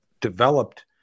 developed